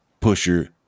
Pusher